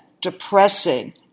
depressing